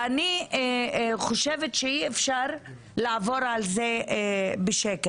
אני חושבת שאי אפשר לעבור על זה בשקט.